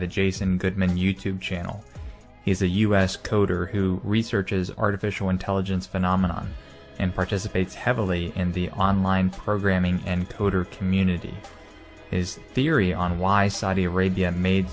the jason goodman you tube channel he's a u s coder who researches artificial intelligence phenomenon and participates heavily in the online programming encoder community is theory on why saudi arabia made